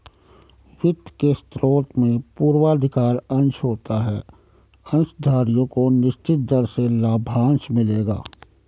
वित्त के स्रोत में पूर्वाधिकार अंश होता है अंशधारियों को निश्चित दर से लाभांश मिलेगा